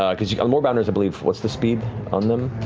um because you know moorbounders i believe, what's the speed on them?